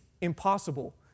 impossible